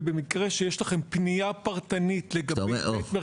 ובמקרה שיש לכם פנייה פרטנית לגבי בית